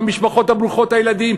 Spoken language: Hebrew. מהמשפחות ברוכות הילדים,